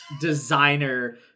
designer